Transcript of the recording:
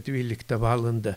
dvyliktą valandą